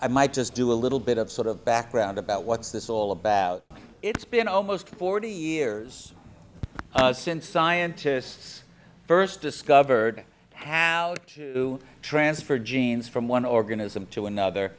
i might just do a little bit of sort of background about what's this all about it's been almost forty years since scientists first discovered have to transfer genes from one organism to another